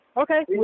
Okay